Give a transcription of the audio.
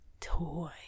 toy